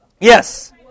Yes